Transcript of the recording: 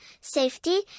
safety